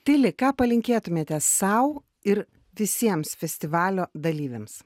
tili ką palinkėtumėte sau ir visiems festivalio dalyviams